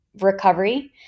recovery